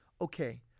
Okay